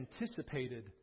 anticipated